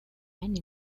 and